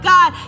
God